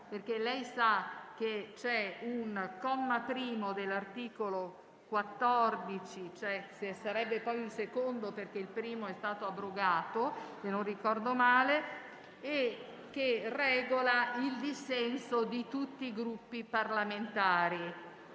lei sa che c'è un comma primo dell'articolo 109 - che sarebbe poi un secondo, perché il primo è stato abrogato, se non ricordo male - che regola il dissenso di tutti i Gruppi parlamentari.